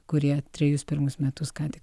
kurie trejus pirmus metus ką tik